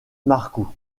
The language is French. marcou